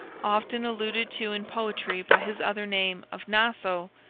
often alluded to in poetry by his other name of naso,